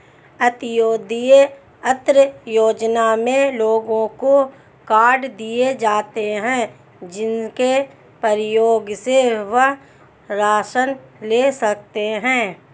अंत्योदय अन्न योजना में लोगों को कार्ड दिए जाता है, जिसके प्रयोग से वह राशन ले सकते है